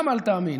גם אל תאמין,